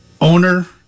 owner